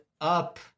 up